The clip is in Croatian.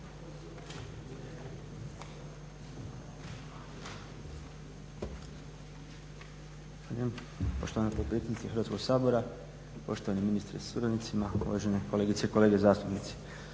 poštovana potpredsjednice Hrvatskoga sabora, poštovani ministre sa suradnicima, uvažene kolegice i kolege zastupnici.